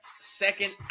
second